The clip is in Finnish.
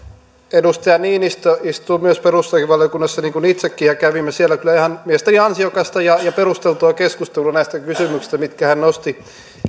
edustaja niinistö istuu perustuslakivaliokunnassa niin kuin itsekin ja kävimme siellä kyllä mielestäni ihan ansiokasta ja ja perusteltua keskustelua näistä kysymyksistä mitkä hän nosti